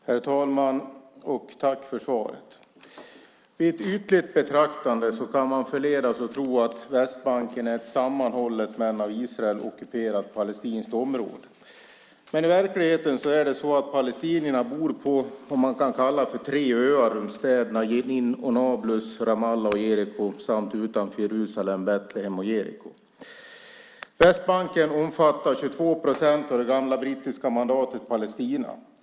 Herr talman! Tack för svaret! Vid ett ytligt betraktande kan man förledas att tro att Västbanken är ett sammanhållet, men av Israel ockuperat, palestinskt område. Men i verkligheten är det så att palestinierna bor på vad man kan kalla tre öar runt städerna Jenin och Nablus, Ramallah och Jeriko samt utanför Jerusalem, Betlehem och Jeriko. Västbanken omfattar 22 procent av det gamla brittiska mandatet Palestina.